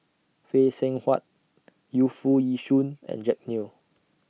Phay Seng Whatt Yu Foo Yee Shoon and Jack Neo